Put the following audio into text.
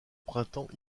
printemps